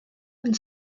and